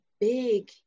big